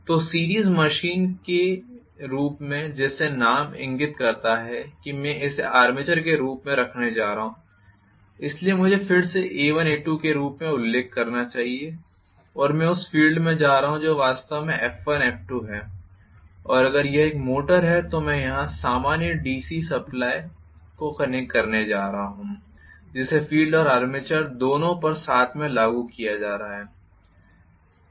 तो series machine में के रूप में जैसे नाम इंगित करता है कि मैं इसे आर्मेचर के रूप में रखने जा रहा हूं इसलिए मुझे फिर से A1A2 के रूप में उल्लेख करना चाहिए और मैं उस फ़ील्ड में जा रहा हूं जो वास्तव में F1 F2 है और अगर यह एक मोटर है तो मैं यहां सामान्य डीसी सप्लाई को कनेक्ट करने जा रहा हूं जिसे फील्ड और आर्मेचर दोनों पर साथ में लागू किया जा रहा है